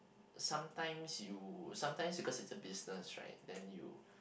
sometimes you sometimes because it's a business right then you